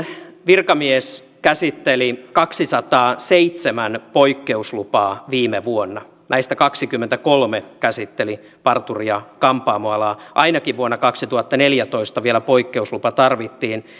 virkamies käsitteli kaksisataaseitsemän poikkeuslupaa viime vuonna näistä kaksikymmentäkolme käsitteli parturi ja kampaamoalaa ainakin vuonna kaksituhattaneljätoista vielä poikkeuslupa tarvittiin